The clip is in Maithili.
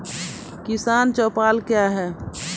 किसान चौपाल क्या हैं?